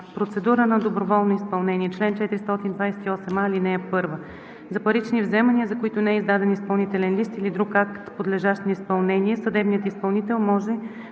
„Процедура по доброволно изпълнение Чл. 428а. (1) За парични вземания, за които не е издаден изпълнителен лист или друг акт, подлежащ на изпълнение, съдебният изпълнител може